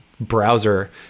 browser